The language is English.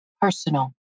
personal